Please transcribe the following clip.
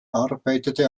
arbeitete